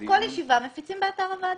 כל ישיבה, מציצים באתר הוועדה.